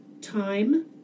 Time